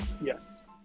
yes